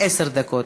עשר דקות.